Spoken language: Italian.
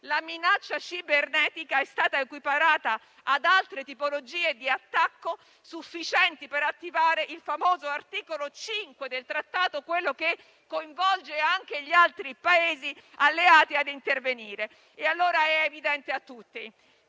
la minaccia cibernetica è stata equiparata ad altre tipologie di attacco sufficienti per attivare il famoso articolo 5 del Trattato, che coinvolge anche gli altri Paesi alleati a intervenire. È evidente a tutti